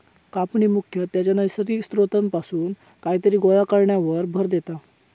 कापणी मुख्यतः त्याच्या नैसर्गिक स्त्रोतापासून कायतरी गोळा करण्यावर भर देता